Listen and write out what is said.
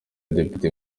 depite